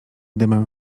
dymem